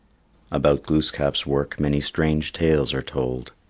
about glooskap's work many strange tales are told.